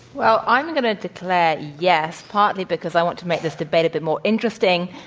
well, i'm going to declare yes, partly because i want to make this debate a bit more interesting,